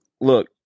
Look